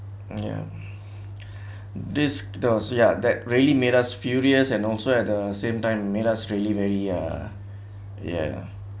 ya this docia that really made us furious and also at the same time made us really very uh ya